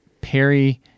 Perry